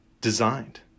designed